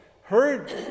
heard